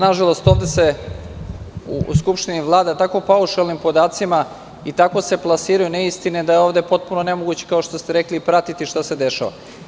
Nažalost, ovde se u Skupštini vlada tako paušalnim podacima i tako se plasiraju neistine, da je ovde potpuno nemoguće, kao što ste rekli, pratiti šta se dešava.